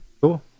Cool